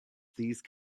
these